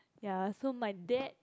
ya so my dad